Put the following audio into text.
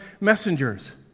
messengers